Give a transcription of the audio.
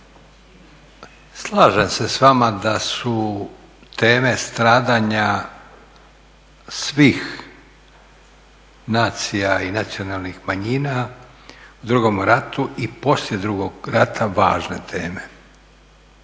slažem se s vama da su teme stradanja svih nacija i nacionalnih manjina u II. ratu i poslije II. rata važne teme.